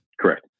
Correct